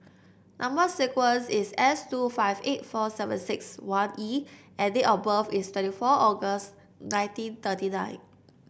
number sequence is S two five eight four seven six one E and date of birth is twenty four August nineteen thirty nine